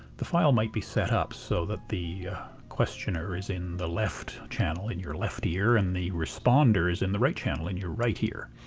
the file might be set up so that the questioner is in the left channel in your left ear and the responder is in the right channel in your right ear.